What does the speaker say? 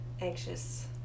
Anxious